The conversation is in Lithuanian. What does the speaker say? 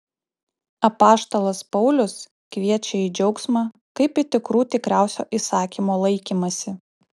apaštalas paulius kviečia į džiaugsmą kaip į tikrų tikriausio įsakymo laikymąsi